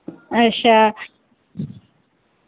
अच्छा